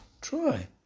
try